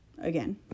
again